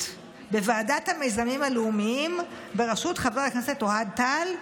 בוועדת המיזמים הלאומים בראשות חבר הכנסת אוהד טל.